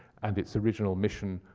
and it's original mission,